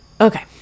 Okay